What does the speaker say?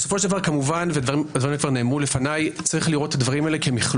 בסופו של דבר יש לראות את הדברים הללו כמכלול.